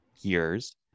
years